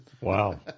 Wow